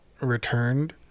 returned